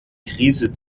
krise